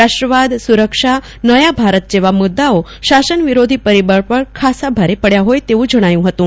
રાષ્ટ્રવાદ સરક્ષા નયા ભારત જેવા મુદદાઓ શાસન વિરોધી પરિબળ પર ખાસ્સા ભારે પહયા હોય તેવું જણાયું હતુ